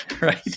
Right